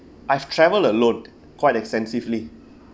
I have traveled alone quite extensively